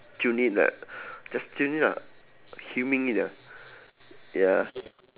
tune in [what] just tune in lah humming it ah ya